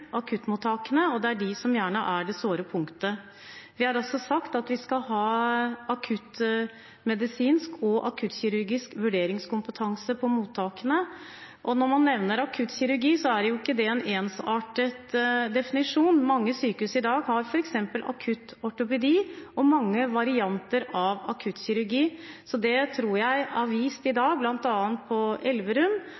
akuttmottakene, og det er de som gjerne er det såre punktet. Vi har også sagt at vi skal ha akuttmedisinsk og akuttkirurgisk vurderingskompetanse på mottakene. Når man nevner akuttkirurgi, er ikke det en ensartet definisjon. Mange sykehus i dag har f.eks. akuttortopedi og mange varianter av akuttkirurgi, så det tror jeg er vist i